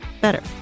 better